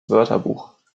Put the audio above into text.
wörterbuch